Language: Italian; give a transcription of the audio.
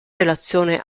relazione